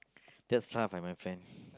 that's tough ah my friend